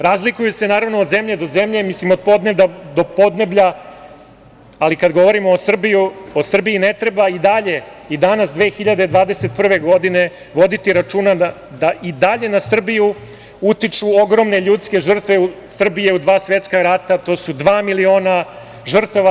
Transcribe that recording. Razlikuju se naravno od zemlje do zemlje, mislim od podneblja do podneblja, ali kada govorimo o Srbiji ne treba i dalje i danas 2021. godine voditi računa da i dalje na Srbiju utiču ogromne ljudske žrtve Srbije u dva svetska rata, to su dva miliona žrtava.